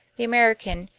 the american,